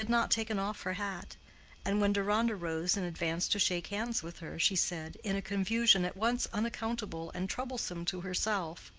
she had not taken off her hat and when deronda rose and advanced to shake hands with her, she said, in a confusion at once unaccountable and troublesome to herself,